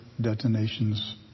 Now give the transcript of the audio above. detonations